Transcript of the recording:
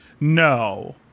No